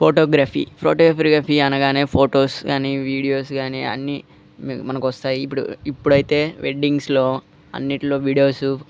photography photography అనగానే photos కానీ videos కానీ అన్ని మనకి వస్తాయి ఇప్పుడు ఇప్పుడైతే వెడ్డింగ్స్లో అన్నిట్లో వీడియోస్